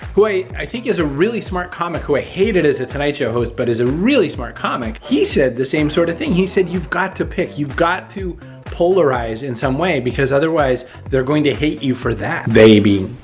who i i think is a really smart comic who i hated as a tonight show host but is a really smart comic, he said the same sort of thing. he said, you've got to pick, you've got to polarize in some way because otherwise they're going to hate you for that. they being,